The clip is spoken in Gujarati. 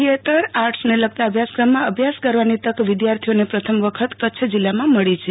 થિએટર આર્ટસને લગતા અભ્યાસક્રમમાં અભ્યાસ કરવાની તક વિદ્યાર્થીઓને પ્રથમવખત કચ્છમાં તક મળી છે